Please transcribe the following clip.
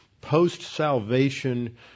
post-salvation